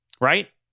right